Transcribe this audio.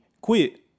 Quit